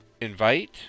invite